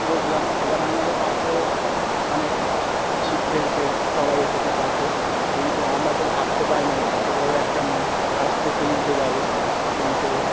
বসলাম এবার আমাদের পাশেও অনেক ছিপ ফেলছে সবাই এসেছে পাশে কিন্তু আমরা তো ভাবতে পারাই নি এত বড়ো একটা মাছ ফাস্ট টোপেই উঠে যাবে কিন্তু